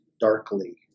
darkly